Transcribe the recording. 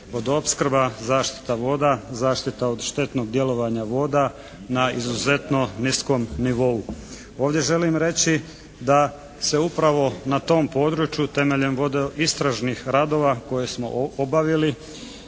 vodoopskrba, zaštita voda, zaštita od štetnog djelovanja voda na izuzetno niskom nivou. Ovdje želim reći da se upravo na tom području temeljem vodoistražnih radova koje smo obavili